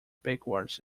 backwards